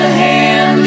hand